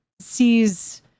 sees